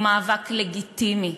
הוא מאבק לגיטימי.